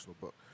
book